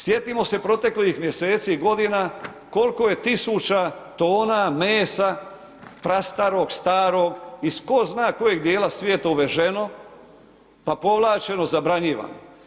Sjetimo se proteklih mjeseci i godina koliko je tisuća tona mesa prastarog, starog iz tko zna kojeg dijela svijeta uveženo pa povlačeno, zabranjivano.